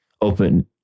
open